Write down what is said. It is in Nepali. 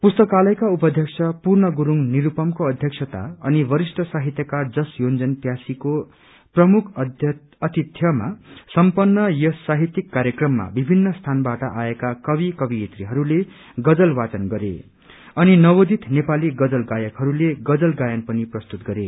पुस्तकालयका उपाध्यक्ष पूर्ण गुरूङ निरूपमको अध्यक्षतामा अनि वरिष्ट साहितयकार जस योन्जन प्यासीको प्रमुख अतिध्यमा सम्पन्न यस साहित्यिक कार्यक्रममा विभिन्न स्थानाबाट आएका कवि कवियत्रीहरूले गजल वाचन गरे अनि नवोदित नेपाली गजल गायकहरूले गजल गायन पनि प्रस्तुत गरे